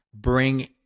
bring